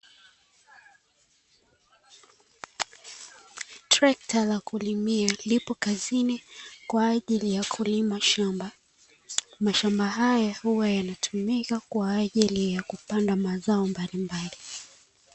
Trekta la kulimia lipo kazini kwa ajili ya kulima shamba. Mashamba haya huwa yanatumika kwa ajili ya kupanda mazao mbalimbali.